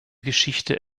geschichte